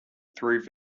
through